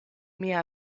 mia